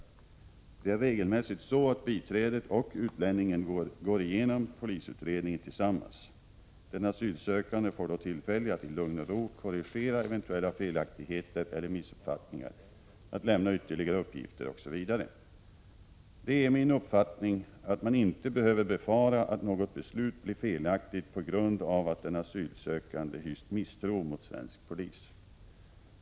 Det är regelmässigt så att biträdet och utlänningen går igenom polisutredningen tillsammans. Den asylsökande får då tillfälle att i lugn och ro korrigera eventuella felaktigheter eller missuppfattningar, att lämna ytterligare uppgifter osv. Det är min uppfattning att man inte behöver befara att något beslut blir felaktigt på grund av att den asylsökande hyst misstro mot svensk polis.